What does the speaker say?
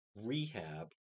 rehab